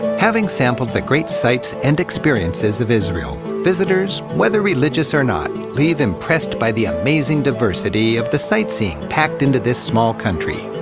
having sampled the great sights and experiences of israel, visitors, whether religious or not, leave impressed by the amazing diversity of the sight-seeing packed into this small country.